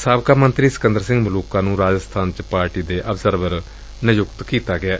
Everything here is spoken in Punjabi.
ਸਾਬਕਾ ਮੰਤਰੀ ਸਿਕੰਦਰ ਸਿੰਘ ਮਲੁਕਾ ਨੁੰ ਰਾਜਸਬਾਨ ਚ ਪਾਰਟੀ ਦੇ ਆਬਜ਼ਰਵਰ ਨਿਯੁਕਤ ਕੀਤਾ ਗਿਐ